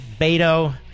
Beto